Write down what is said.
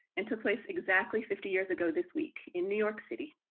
and took place exactly fifty years ago this week in new york city,